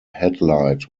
headlight